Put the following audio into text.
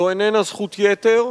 זו אינה זכות יתר.